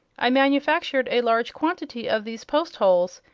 i manufactured a large quantity of these post-holes,